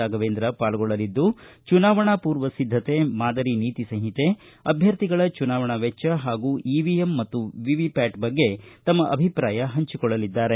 ರಾಘವೇಂದ್ರ ಪಾಲ್ಗೊಳ್ಳಲಿದ್ದು ಚುನಾವಣಾ ಪೂರ್ವ ಸಿದ್ಧತೆ ಮಾದರಿ ನೀತಿ ಸಂಹಿತೆ ಅಭ್ಯರ್ಥಿಗಳ ಚುನಾವಣಾ ವೆಚ್ಚ ಹಾಗೂ ಇವಿಎಂ ಮತ್ತು ವಿವಿಪ್ಯಾಟ್ ಬಗ್ಗೆ ತಮ್ಮ ಅಭಿಪ್ರಾಯ ಹಂಚಿಕೊಳ್ಳಲಿದ್ದಾರೆ